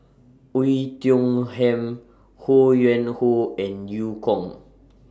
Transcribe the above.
Oei Tiong Ham Ho Yuen Hoe and EU Kong